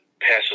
passes